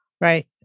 right